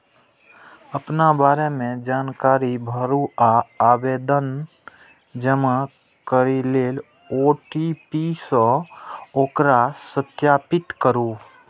अपना बारे मे जानकारी भरू आ आवेदन जमा करै लेल ओ.टी.पी सं ओकरा सत्यापित करू